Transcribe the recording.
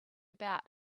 about